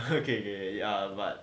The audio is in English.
okay ya but